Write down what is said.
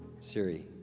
Siri